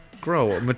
grow